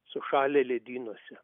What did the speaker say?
sušalę ledynuose